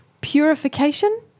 purification